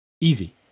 Easy